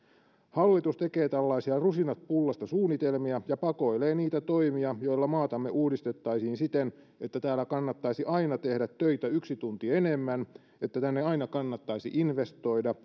hallitus tekee tällaisia rusinat pullasta suunnitelmia ja pakoilee niitä toimia joilla maatamme uudistettaisiin siten että täällä kannattaisi aina tehdä töitä yksi tunti enemmän että tänne aina kannattaisi investoida